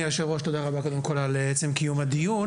אדוני היו"ר, תודה רבה קודם כל על עצם קיום הדיון.